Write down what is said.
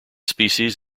species